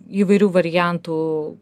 įvairių variantų